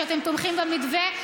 שאתם תומכים במתווה,